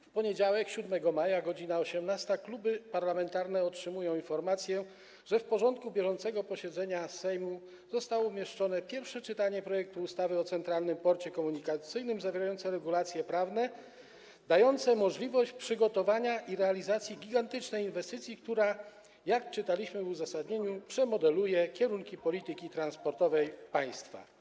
W poniedziałek 7 maja o godz. 18 kluby parlamentarne otrzymały informację, że w porządku bieżącego posiedzenia Sejmu zostało zamieszczone pierwsze czytanie projektu ustawy o Centralnym Porcie Komunikacyjnym zawierającego regulacje prawne dające możliwość przygotowania i realizacji gigantycznej inwestycji, która - jak czytaliśmy w uzasadnieniu - przemodeluje kierunki polityki transportowej państwa.